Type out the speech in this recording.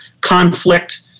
conflict